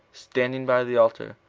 standing by the altar,